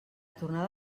tornada